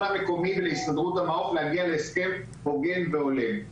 המקומי ולהסתדרות המעו"ף להגיע להסכם הוגן והולם.